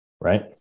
right